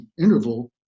interval